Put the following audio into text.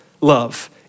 love